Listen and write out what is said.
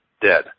dead